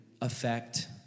affect